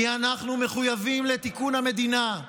כי אנחנו מחויבים לתיקון המדינה,